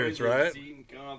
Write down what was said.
right